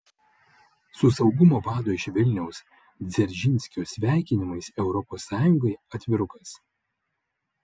su saugumo vado iš vilniaus dzeržinskio sveikinimais europos sąjungai atvirukas